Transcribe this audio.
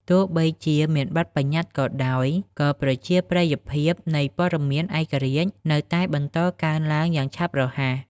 ទោះបីជាមានបទប្បញ្ញត្តិក៏ដោយ ក៏ប្រជាប្រិយភាពនៃព័ត៌មានឯករាជ្យនៅតែបន្តកើនឡើងយ៉ាងឆាប់រហ័ស។